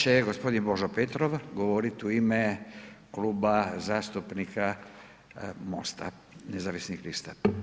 Sada će gospodin Božo Petrov govorit u ime Kluba zastupnika MOST-a nezavisnih lista.